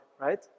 right